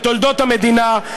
בתולדות המדינה,